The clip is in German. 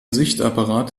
sichtapparat